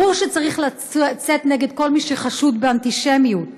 ברור שצריך לצאת נגד כל מי שחשוד באנטישמיות,